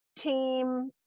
Team